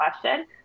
question